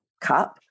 cup